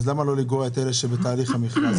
למה לא לגרוע את אלה שבתהליך המכרז?